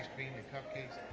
bheema cupcakes